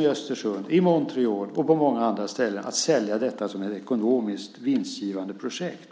i Östersund, i Montreal och på många andra ställen, försöker sälja detta som ett ekonomiskt vinstgivande projekt.